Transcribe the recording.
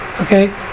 Okay